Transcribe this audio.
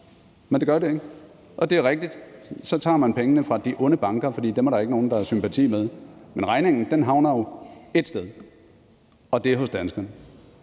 Men det gør det ikke. Og det er rigtigt, at så tager man pengene fra de onde banker, for dem er der ikke nogen der har sympati med. Men regningen havner jo ét sted, og det er hos danskerne.